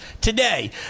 today